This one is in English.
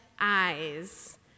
eyes